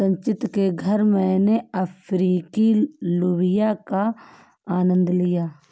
संचित के घर मैने अफ्रीकी लोबिया का आनंद लिया